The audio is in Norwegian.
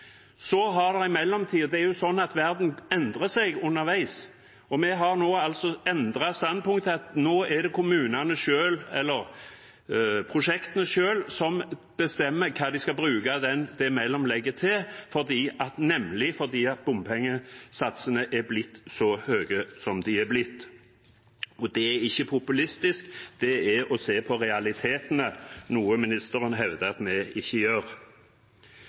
verden endret seg – underveis – og vi har endret standpunkt til at nå er det kommunene selv eller prosjektgruppene selv som bestemmer hva de skal bruke det mellomlegget til, nemlig fordi bompengesatsene er blitt så høye som de er blitt. Det er ikke populistisk, det er å se på realitetene, noe ministeren hevder at vi ikke gjør.